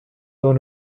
dans